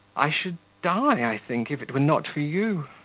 i should die, i think, if it were not for you.